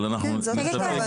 אבל אנחנו --- כן,